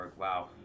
wow